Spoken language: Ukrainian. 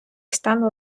стану